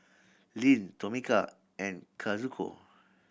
Lyn Tomeka and Kazuko